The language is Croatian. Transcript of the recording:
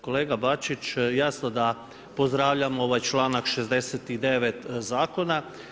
Kolega Bačić, jasno da pozdravljam ovaj članak 69 zakona.